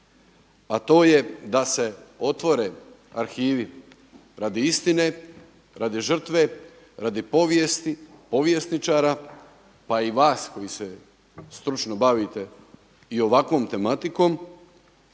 a to je da se otvore arhivi radi istine, radi žrtve, radi povijesti, povjesničara, pa i vas koji se stručno bavite i ovakvom tematikom,